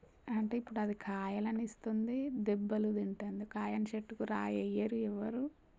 అంటే ఇప్పుడది కాయలనిస్తుంది దెబ్బలూ తింటుంది కాయని చెట్టుకు రాయెయ్యరు ఎవ్వరూ